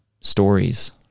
stories